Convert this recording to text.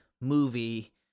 movie